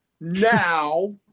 now